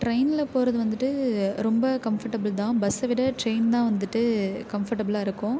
ட்ரெயினில் போகிறது வந்துட்டு ரொம்ப கம்ஃபர்ட்டபுள்தான் பஸ்ஸை விட ட்ரெயின்தான் வந்துட்டு கம்ஃபர்ட்டபுள்ளாக இருக்கும்